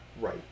Right